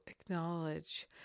acknowledge